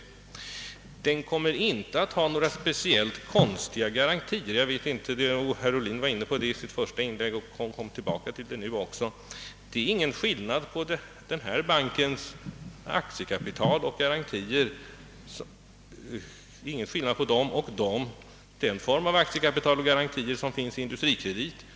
Banken kommer inte att ha några speciellt konstiga garantier. Herr Ohlin var inne på detta i sitt första inlägg och kom tillbaka till det i replik. Det är ingen skillnad på denna banks aktiekapital och garantier och den form av aktiekapital och garantier som finns i AB Industrikredit.